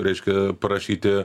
reiškia parašyti